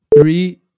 three